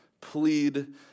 Plead